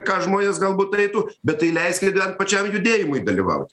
ką žmonės galbūt eitų bet tai leiskit bent pačiam judėjimui dalyvauti